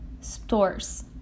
stores